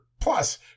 plus